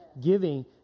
giving